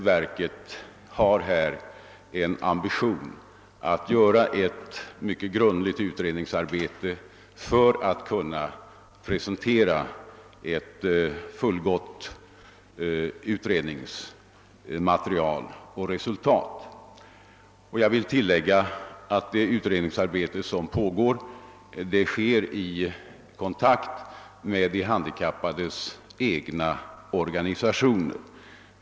Verket har en ambition att göra ett mycket grundligt utredningsarbete för att kunna presentera ett fullgott utredningsresultat. Jag vill tilllägga att det utredningsarbete som pågår äger rum i kontakt med de handikappades egna organisationer.